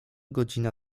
godzina